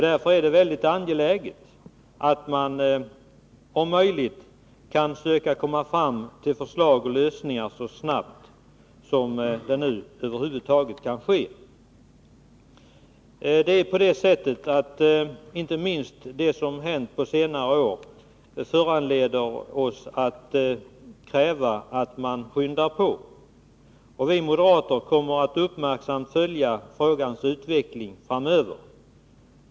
Därför är det mycket angeläget att man om möjligt söker komma fram till förslag och lösningar så snart det över huvud taget kan gå. Inte minst det som har hänt på senare år föranleder oss att kräva att man skyndar på. Vi moderater kommer att uppmärksamt följa frågans utveckling framöver.